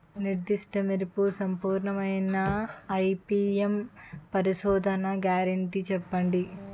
నిర్దిష్ట మెరుపు సంపూర్ణమైన ఐ.పీ.ఎం పరిశోధన గ్యారంటీ చెప్పండి?